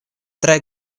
tre